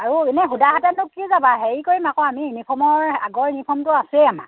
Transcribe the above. আৰু এনেই সুধা হাতেটো কি যাবা হেৰি কৰিম আকৌ আমি ইউনিফৰ্মৰ আগৰ ইউনিফৰ্মটো আছেই আমাৰ